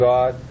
God